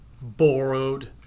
borrowed